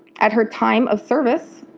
at her time of service,